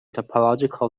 topological